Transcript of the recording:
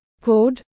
Code